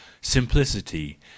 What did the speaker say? simplicity